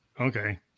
okay